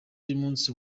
y’umunsi